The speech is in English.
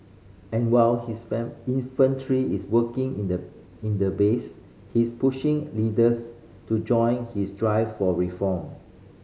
and while his infantry is working in the in the base he's pushing leaders to join his drive for reform